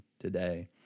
today